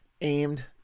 aimed